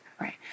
right